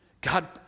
God